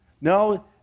No